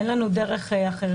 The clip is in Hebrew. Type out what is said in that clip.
אין לנו דרך אחרת.